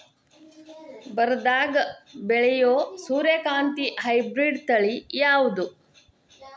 ಬರದಾಗ ಬೆಳೆಯೋ ಸೂರ್ಯಕಾಂತಿ ಹೈಬ್ರಿಡ್ ತಳಿ ಯಾವುದು?